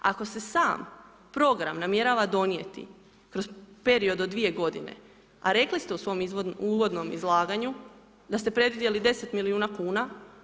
Ako se sam program namjerava donijeti kroz period od dvije godine, a rekli ste u svom uvodnom izlaganju, da ste predvidjeli 10 milijuna kuna.